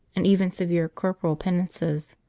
and even severe corporal penances.